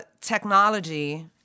technology